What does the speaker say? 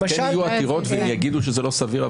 למשל --- יהיו עתירות והם יגידו שזה לא סביר,